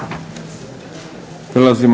Hvala vam